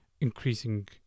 increasing